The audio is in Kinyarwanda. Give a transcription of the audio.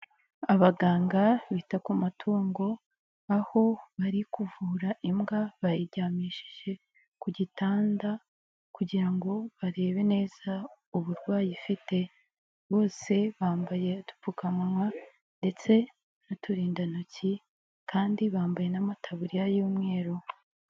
Abaganga bita ku matungo aho bari kuvura imbwa bayiryamishije ku gitanda kugira ngo barebe neza uburwayi ifite, bose bambaye udupfukamuwa ndetse n'uturindantoki kandi bambaye n'amatabuririya y'umweru.